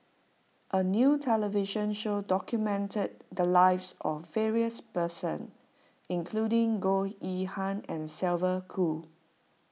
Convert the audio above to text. a new television show documented the lives of various person including Goh Yihan and Sylvia Kho